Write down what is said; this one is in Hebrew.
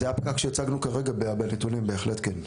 זה הפקק שהצגנו כרגע בנתונים, בהחלט כן.